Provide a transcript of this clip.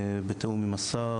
בתיאום עם השר,